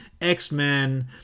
x-men